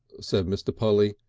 said mr. polly,